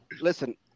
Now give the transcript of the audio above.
Listen